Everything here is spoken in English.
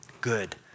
good